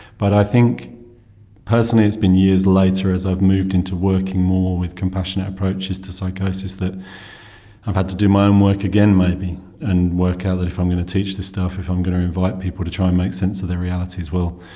but i think personally it has been years later as i've moved into working more with compassionate approaches approaches to psychosis that i've had to do my own um work again maybe and work out that if i'm going to teach this stuff, if i'm going to invite people to try and make sense of their reality as well,